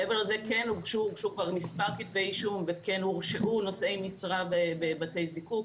מעבר לזה כן הוגשו מספר כתבי אישום וכן הורשעו נושאי משרה בבתי זיקוק.